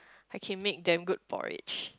I can make damn good porridge